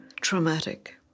traumatic